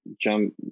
jump